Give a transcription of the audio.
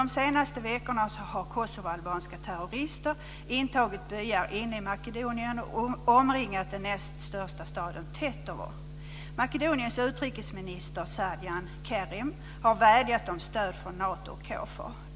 De senaste veckorna har kosovoalbanska terrorister intagit byar inne i Makedonien och omringat den näst största staden Tetovo. Makedoniens utrikesminister Srdjan Kerim har vädjat om stöd från Nato och KFOR.